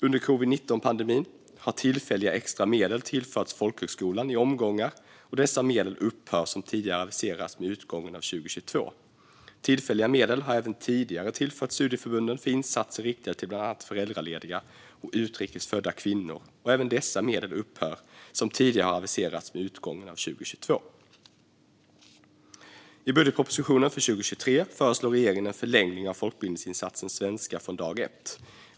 Under covid-19-pandemin har tillfälliga extra medel tillförts folkhögskolan i omgångar, och dessa medel upphör som tidigare aviserats med utgången av 2022. Tillfälliga medel har även tidigare tillförts studieförbunden för insatser riktade till bland annat föräldralediga och utrikes födda kvinnor, och även dessa medel upphör som tidigare har aviserats med utgången av 2022. I budgetpropositionen för 2023 föreslår regeringen en förlängning av folkbildningsinsatsen Svenska från dag ett.